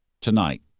tonight